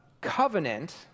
Covenant